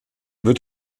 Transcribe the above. wird